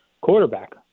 quarterback